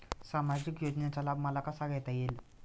सामाजिक योजनेचा लाभ मला कसा घेता येईल?